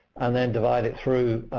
and then divide it through,